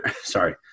sorry